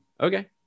okay